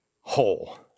whole